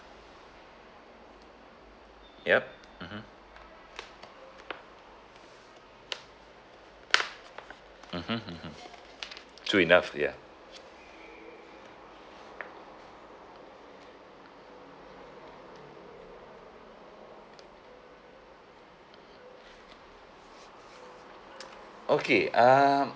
yup mmhmm mmhmm mmhmm true enough ya okay um